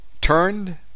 turned